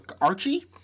Archie